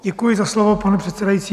Děkuji za slovo, pane předsedající.